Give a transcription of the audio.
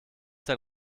sein